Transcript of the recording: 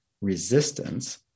resistance